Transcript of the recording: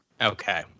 Okay